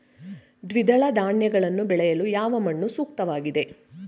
ದ್ವಿದಳ ಧಾನ್ಯಗಳನ್ನು ಬೆಳೆಯಲು ಯಾವ ಮಣ್ಣು ಸೂಕ್ತವಾಗಿದೆ?